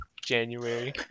January